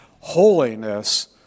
holiness